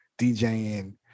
DJing